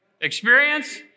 experience